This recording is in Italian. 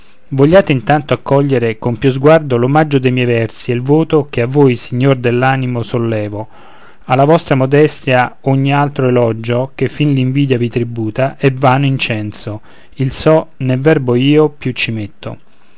vogliate intanto accogliere con pio sguardo l'omaggio de miei versi e il voto che a voi signor dall'animo sollevo alla vostra modestia ogni altro elogio che fin l'invidia vi tributa è vano incenso il so né verbo io più ci metto